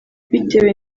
bitewe